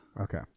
Okay